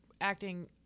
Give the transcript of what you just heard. acting